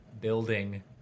building